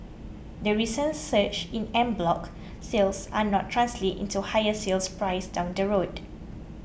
the recent surge in en bloc sales are not translate into higher sale prices down the road